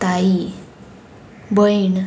ताई भयण